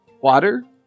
water